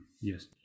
yes